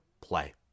play